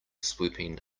swooping